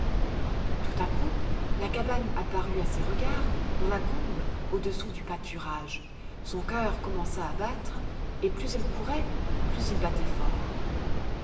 tout à coup la cabane apparut à ses regards dans la combe au-dessous du pâturage son cœur commença à battre et plus elle courait plus il battait fort